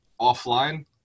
offline